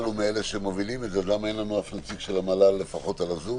הוא עשוי להביא לפתיחה של כל השוק.